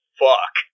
fuck